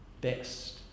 best